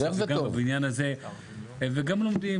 וגם לומדים.